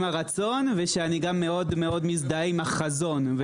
הרצון ושאני גם מאוד מאוד מזדהה עם החזון.